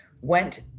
went